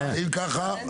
הדבקה.